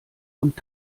und